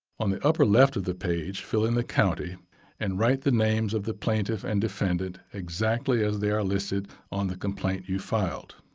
on the upper left of the page, fill in the county and write the names of the plaintiff and defendant exactly as they are listed on the complaint you filed.